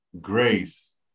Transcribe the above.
Grace